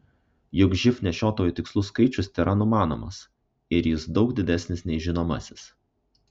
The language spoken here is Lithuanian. juk živ nešiotojų tikslus skaičius tėra numanomas ir jis daug didesnis nei žinomasis